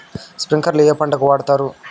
స్ప్రింక్లర్లు ఏ పంటలకు వాడుతారు?